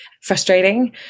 frustrating